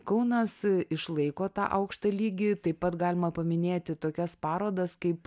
kaunas išlaiko tą aukštą lygį taip pat galima paminėti tokias parodas kaip